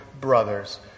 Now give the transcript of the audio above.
brothers